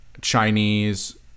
Chinese